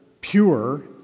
pure